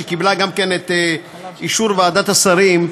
שקיבלה גם כאן את אישור ועדת השרים,